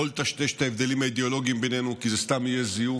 לא לטשטש את ההבדלים האידיאולוגיים בינינו כי זה סתם יהיה זיוף.